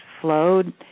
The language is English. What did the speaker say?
flowed